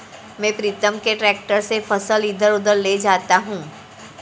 मैं प्रीतम के ट्रक से फसल इधर उधर ले जाता हूं